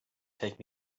take